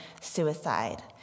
suicide